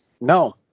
No